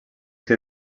que